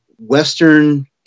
Western